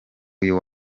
uyu